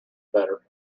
better